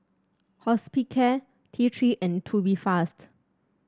Hospicare T Three and Tubifast